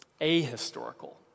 ahistorical